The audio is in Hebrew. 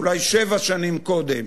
אולי שבע שנים קודם,